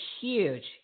huge